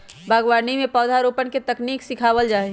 बागवानी में पौधरोपण के तकनीक सिखावल जा हई